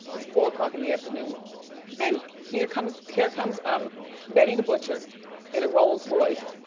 it's four o'clock in the afternoon and here comes here comes um betty the butcher in a rolls royce.